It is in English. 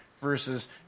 versus